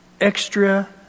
extra